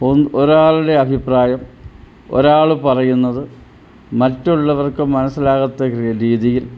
ഒരാളുടെ അഭിപ്രായം ഒരാൾ പറയുന്നത് മറ്റുള്ളവർക്ക് മനസ്സിലാകത്തക്ക രീതിയിൽ